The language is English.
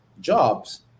jobs